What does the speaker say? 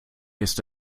ist